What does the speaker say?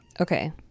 Okay